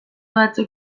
batzuk